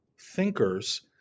thinkers